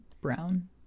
brown